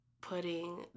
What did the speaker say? putting